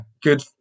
good